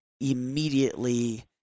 immediately